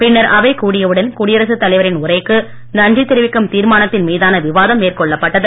பின்னர் அவை கூடியவுடன் குடியரசு தலைவரின் உரைக்கு நன்றி தெரிவிக்கும் தீர்மானத்தின் மீதான விவாதம் மேற்கொள்ளப்பட்டது